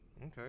Okay